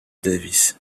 davis